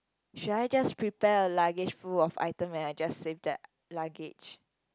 should I just prepare a luggage full of item and I just save that luggage